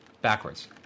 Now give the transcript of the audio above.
backwards